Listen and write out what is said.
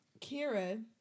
Kira